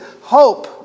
hope